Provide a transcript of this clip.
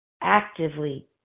actively